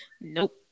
nope